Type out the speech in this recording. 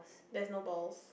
there's no balls